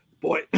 Boy